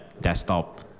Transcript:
desktop